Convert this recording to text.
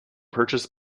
purchased